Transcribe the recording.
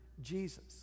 Jesus